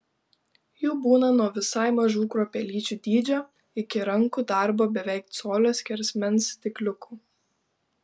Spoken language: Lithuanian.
jų būna nuo visai mažų kruopelyčių dydžio iki rankų darbo beveik colio skersmens stikliukų